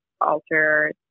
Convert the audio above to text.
alter